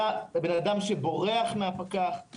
אדם שבורח מהפקח,